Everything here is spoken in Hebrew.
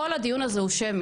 כל הדיון הזה הוא שמי.